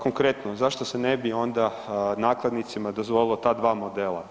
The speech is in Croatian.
Konkretno zašto se ne bi onda nakladnicima dozvolilo ta dva modela.